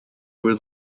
were